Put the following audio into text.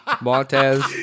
Montez